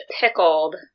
pickled